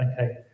Okay